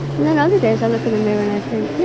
and then other days i look in the mirror and i think.